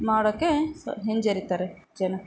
ಮಾಡೋಕ್ಕೆ ಸ ಹಿಂಜರೀತಾರೆ ಜನ